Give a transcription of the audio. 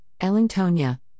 Ellingtonia